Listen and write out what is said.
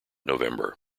november